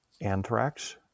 anthrax